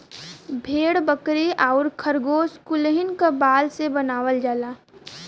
भेड़ बकरी आउर खरगोस कुलहीन क बाल से बनावल जाला